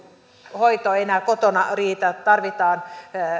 hoito ei enää kotona riitä ja tarvitaan